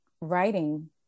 writing